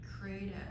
creative